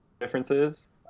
differences